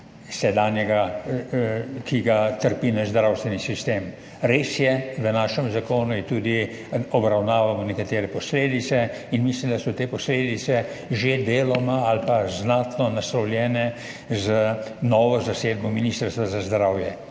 ki jih trpi naš zdravstveni sistem. Res je, v našem zakonu obravnavamo tudi nekatere posledice, in mislim, da so te posledice že deloma ali pa znatno naslovljene z novo zasedbo Ministrstva za zdravje,